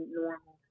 normal